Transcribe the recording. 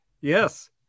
yes